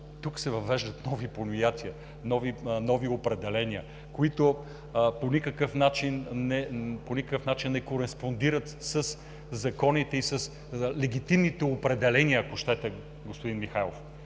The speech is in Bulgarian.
тук се въвеждат нови понятия, нови определения, които по никакъв начин не кореспондират със законите и с легитимните определения, ако щете, господин Михайлов.